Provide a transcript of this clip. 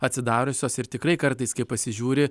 atsidariusios ir tikrai kartais kai pasižiūri